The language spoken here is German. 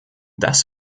das